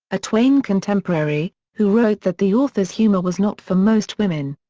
a twain contemporary, who wrote that the author's humor was not for most women.